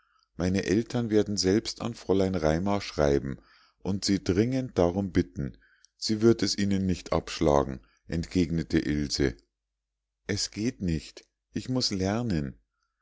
meine eltern werden selbst an fräulein raimar schreiben und sie dringend darum bitten sie wird es ihnen nicht abschlagen entgegnete ilse es geht nicht ich muß lernen